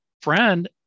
friend